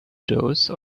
those